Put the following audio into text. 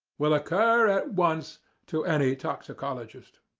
will occur at once to any toxicologist.